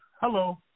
Hello